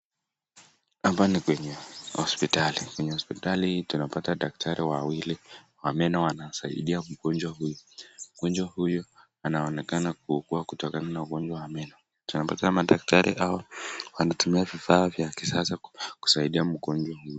Hapa ni kwenye hospitali, kwenye hospitali tunapata madaktrari wawili wa meno wanasaidia gonjwa huyu mgonjwa huyu anaugua kutokana na ugonjwa wa meno tunapata madaktari hawa wanatumia vifaa vya kisasa kusaidia mgonjwa huyu.